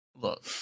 look